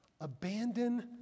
Abandon